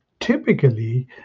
Typically